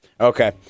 Okay